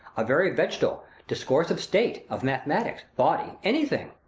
a very vegetal discourse of state, of mathematics, bawdry, any thing